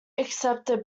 accepted